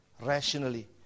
rationally